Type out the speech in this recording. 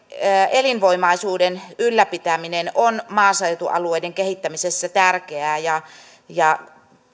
elinvoimaisuuden ylläpitäminen on maaseutualueiden kehittämisessä tärkeää